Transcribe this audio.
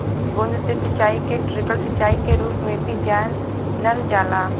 बूंद से सिंचाई के ट्रिकल सिंचाई के रूप में भी जानल जाला